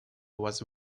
was